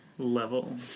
level